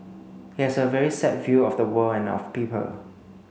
he has a very set view of the world and of people